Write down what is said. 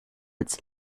its